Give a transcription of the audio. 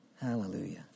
Hallelujah